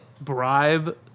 bribe